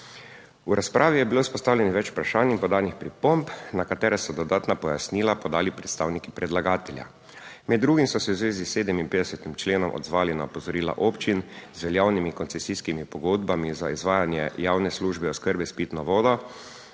V razpravi je bilo izpostavljenih več vprašanj in podanih pripomb, na katere so dodatna pojasnila podali predstavniki predlagatelja. Med drugim so se v zvezi s 57. členom odzvali na opozorila občin z veljavnimi koncesijskimi pogodbami za izvajanje javne službe oskrbe s pitno vodo,